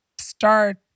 start